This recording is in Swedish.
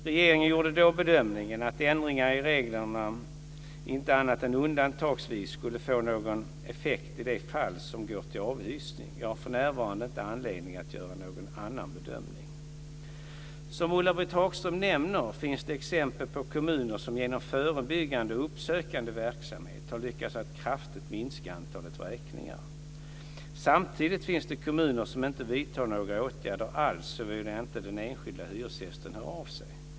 Regeringen gjorde då bedömningen att ändringar i reglerna inte annat än undantagsvis skulle få någon effekt i de fall som går till avhysning. Jag har för närvarande inte anledning att göra någon annan bedömning. Som Ulla-Britt Hagström nämner finns det exempel på kommuner som genom förebyggande och uppsökande verksamhet har lyckats att kraftigt minska antalet vräkningar. Samtidigt finns det kommuner som inte vidtar några åtgärder alls såvida inte den enskilda hyresgästen hör av sig.